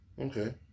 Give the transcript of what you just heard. okay